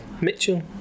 Mitchell